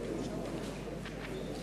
אנחנו ממשיכים בישיבה לפי סדר-היום הקבוע.